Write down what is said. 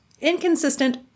inconsistent